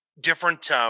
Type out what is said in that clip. different